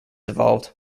evolved